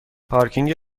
پارکینگ